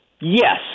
yes